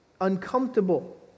uncomfortable